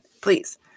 Please